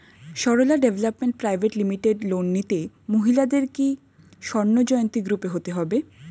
Sarala development private limited loan নিতে মহিলাদের কি স্বর্ণ জয়ন্তী গ্রুপে হতে হবে?